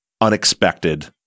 unexpected